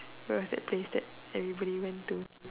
where is that place that everybody went to